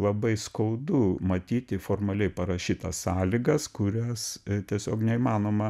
labai skaudu matyti formaliai parašytas sąlygas kurias tiesiog neįmanoma